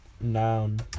Noun